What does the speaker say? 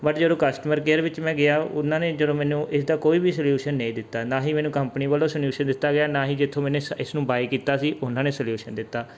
but ਜਦੋਂ customer care ਵਿੱਚ ਮੈਂ ਗਿਆ ਉਹਨਾਂ ਨੇ ਜਦੋਂ ਮੈਨੂੰ ਇਸਦਾ ਕੋਈ ਵੀ ਸਲਿਊਸ਼ਨ ਨਹੀਂ ਦਿੱਤਾ ਨਾ ਹੀ ਮੈਨੂੰ ਕੰਪਨੀ ਵੱਲੋਂ ਸਲਿਊਸ਼ਨ ਦਿੱਤਾ ਗਿਆ ਨਾ ਹੀ ਜਿੱਥੋਂ ਮੈਨੇ ਸ਼ ਇਸਨੂੰ ਬਾਏ ਕੀਤਾ ਸੀ ਉਹਨਾਂ ਨੇ ਸਲਿਊਸ਼ਨ ਦਿੱਤਾ